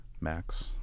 Max